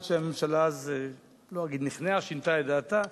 עד שהממשלה אז, לא אגיד נכנעה, שינתה את דעתה.